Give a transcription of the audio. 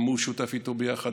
גם הוא שותף איתו ביחד,